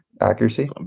accuracy